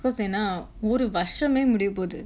cause ஏனா ஒரு வருசமே முடிய போது:yaenaa oru varusamae mudiya pothu